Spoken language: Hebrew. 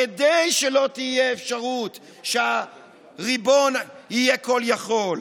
כדי שלא תהיה אפשרות שהריבון יהיה כול יכול.